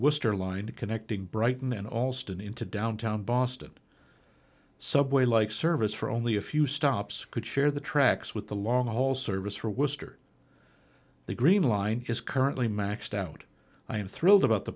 wister line connecting brighton and alston into downtown boston subway like service for only a few stops could share the tracks with the long haul service for wister the green line is currently maxed out i am thrilled about the